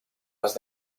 las